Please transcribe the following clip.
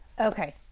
Okay